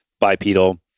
bipedal